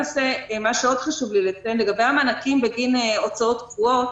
חשוב לי לציין לגבי המענקים בגין הוצאות קבועות